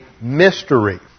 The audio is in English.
mystery